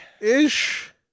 Ish